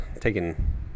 taking